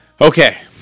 Okay